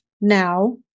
now